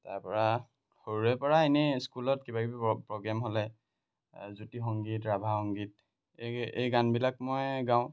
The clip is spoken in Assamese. তাৰপৰা সৰুৰে পৰা এনেই স্কুলত কিবাকিবি প্ৰগ্ৰেম হ'লে জ্যোতি সংগীত ৰাভা সংগীত এই এই গানবিলাক মই গাওঁ